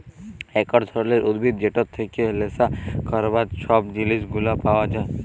একট ধরলের উদ্ভিদ যেটর থেক্যে লেসা ক্যরবার সব জিলিস গুলা পাওয়া যায়